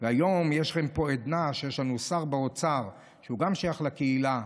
והיום יש לכם פה עדנה שיש לנו שר באוצר שגם שייך לקהילה.